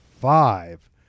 five